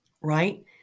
Right